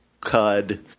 cud